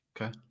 Okay